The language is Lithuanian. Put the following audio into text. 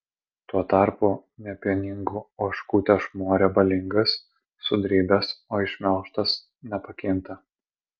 tuo tarpu nepieningų ožkų tešmuo riebalingas sudribęs o išmelžtas nepakinta